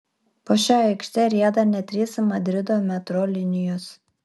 po šia aikšte rieda net trys madrido metro linijos